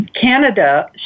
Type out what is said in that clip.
Canada